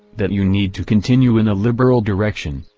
that you need to continue in a liberal direction,